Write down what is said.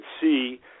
see